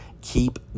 keep